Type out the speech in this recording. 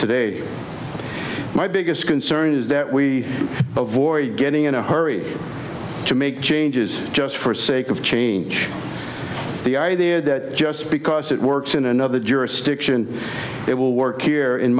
today my biggest concern is that we avoid getting in a hurry to make changes just for sake of change the idea that just because it works in another jurisdiction it will work here in